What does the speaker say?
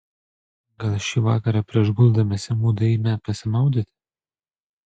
gal šį vakarą prieš guldamiesi mudu eime pasimaudyti